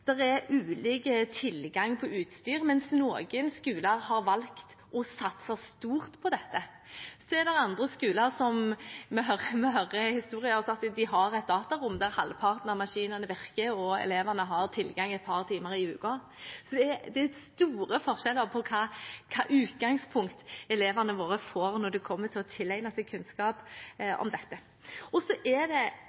er ulik tilgang på utstyr. Mens noen skoler har valgt å satse stort på dette, er det andre skoler vi hører historier fra om at de har et datarom der halvparten av maskinene virker, og elevene har tilgang et par timer i uken. Så det er store forskjeller på hvilket utgangspunkt elevene våre får når det gjelder å tilegne seg kunnskap